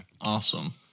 Awesome